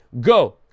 Go